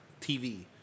TV